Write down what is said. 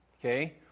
okay